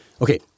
okay